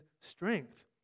strength